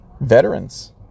veterans